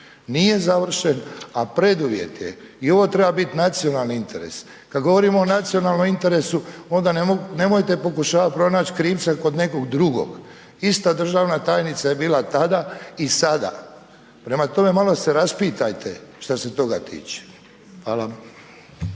nije završen, a preduvjet je i ovo treba biti nacionalni interes. Kada govorimo o nacionalnom interesu, onda nemojte pokušavati pronaći krivca kod nekog drugog. Ista državna tajnica je bila tada i sada. Prema tome, malo se raspitate, što se toga tiče. Hvala.